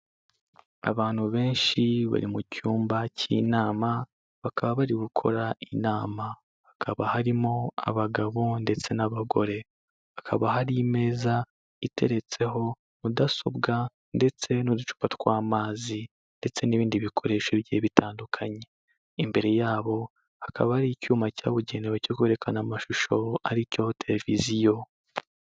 Abantu benshi bari mu cyumba cy'inama, bakaba bari gukora inama, hakaba harimo abagabo ndetse n'abagore, hakaba hari imeza iteretseho mudasobwa ndetse n'uducupa tw'amazi ndetse n'ibindi bikoresho bigiye bitandukanye, imbere yabo hakaba hari icyuma cyabugenewe cyo kwerekana amashusho ari cyo televiziyo.